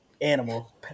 animal